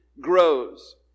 grows